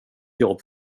jobb